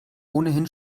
ohnehin